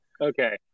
Okay